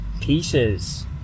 pieces